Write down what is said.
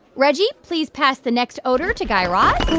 reggie, please pass the next odor to guy raz